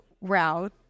route